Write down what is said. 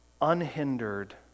unhindered